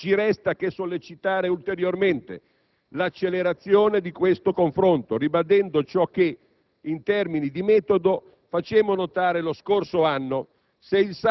Non ci resta che sollecitare ulteriormente l'accelerazione di questo confronto, ribadendo ciò che - in termini di metodo - facemmo notare lo scorso anno: